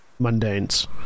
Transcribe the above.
mundanes